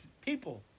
people